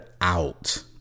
out